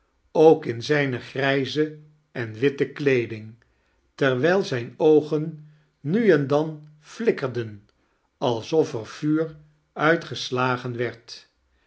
ook in zijn grijze en witfce kleeding terwijl zijne oogen nu en dan flikkerden alsof er vuur uit geslagen werd